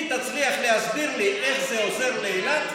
אם תצליח להסביר לי איך זה עוזר לאילת,